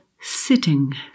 Sitting